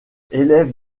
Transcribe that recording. élève